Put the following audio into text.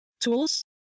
tools